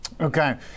Okay